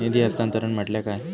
निधी हस्तांतरण म्हटल्या काय?